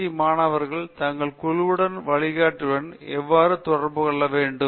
D மாணவர்கள் தங்கள் குழுவுடன் வழிகாட்டியுடன் எவ்வாறு தொடர்பு கொள்ள வேண்டும்